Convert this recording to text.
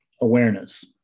awareness